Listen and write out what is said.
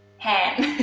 hand.